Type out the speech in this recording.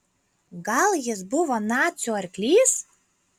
gal jis buvo nacių arklys